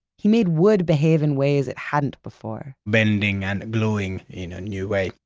he made wood behave in ways it hadn't before. bending and gluing in a new way.